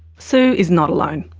sue is not alone.